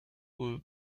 who